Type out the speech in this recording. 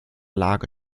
lage